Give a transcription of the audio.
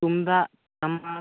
ᱛᱩᱢᱫᱟᱜ ᱴᱟᱢᱟᱠ